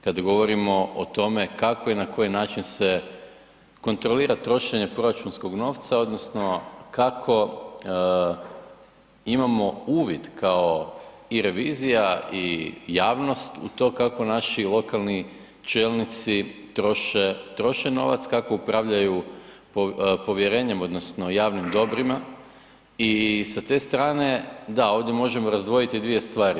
Kada govorimo o tome kako i na koji način se kontrolira trošenje proračunskog novca odnosno kako imamo uvid kao i revizija i javnost u to kako naši lokalni čelnici troše, troše novac, kako upravljaju povjerenjem odnosno javnim dobrima i sa te strane, da ovdje možemo razdvojiti dvije stvari.